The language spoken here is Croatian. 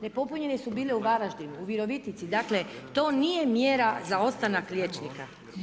Nepopunjene su bile u Varaždinu, u Virovitici, dakle to nije mjera za ostanak liječnika.